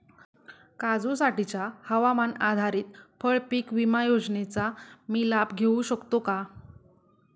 काजूसाठीच्या हवामान आधारित फळपीक विमा योजनेचा मी लाभ घेऊ शकतो का?